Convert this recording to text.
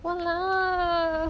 !walao!